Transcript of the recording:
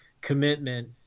commitment